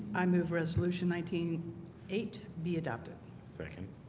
i move resolution. nineteen eight be adopted second